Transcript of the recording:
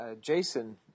Jason